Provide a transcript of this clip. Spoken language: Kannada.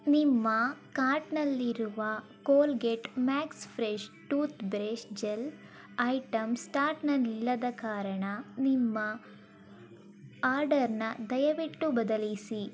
ನಿಮ್ಮ ಕಾರ್ಟ್ನಲ್ಲಿರುವ Colgate max fresh tooth brush gel items ಸ್ಟಾಟ್ನಲ್ಲಿಲ್ಲದ ಕಾರಣ ನಿಮ್ಮ ಆರ್ಡರ್ನ ದಯವಿಟ್ಟು ಬದಲಿಸಿ